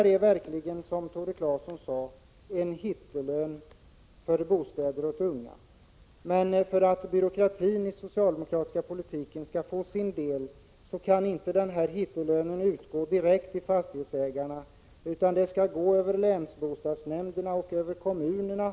Det är verkligen, som Tore Claeson sade, fråga om en hittelön för bostäder åt unga. Men för att byråkratin i den socialdemokratiska politiken skall få sin beskärda del skall denna hittelön inte utbetalas direkt till fastighetsägarna, utan den skall förmedlas via länsbostadsnämnderna och kommunerna.